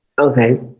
Okay